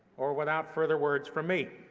or without further words from me.